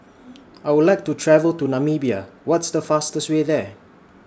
I Would like to travel to Namibia What's The fastest Way There